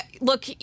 Look